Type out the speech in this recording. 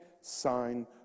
sign